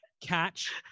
catch